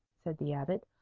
said the abbot.